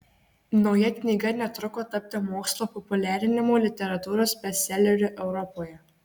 nauja knyga netruko tapti mokslo populiarinimo literatūros bestseleriu europoje